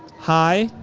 high.